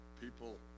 people